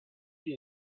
die